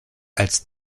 als